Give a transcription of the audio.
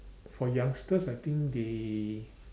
for youngsters I think they